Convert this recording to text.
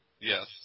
Yes